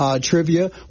trivia